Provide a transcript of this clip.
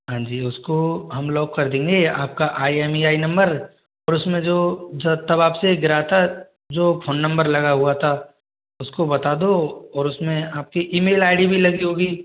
हाँ जी उसको हम लॉक कर देंगे आपका आई एम इ आई नंबर और उसमें जो तब आपसे गिरा था जो फोन नंबर लगा हुआ था उसको बता दो और उसमें आपकी ईमेल आई डी भी लगी होगी